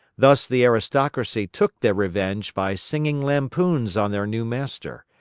thus the aristocracy took their revenge by singing lampoons on their new master,